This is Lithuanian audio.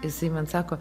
jisai man sako